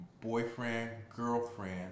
boyfriend-girlfriend